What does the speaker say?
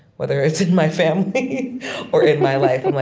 whether it's in my family or in my life. i'm like,